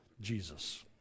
Jesus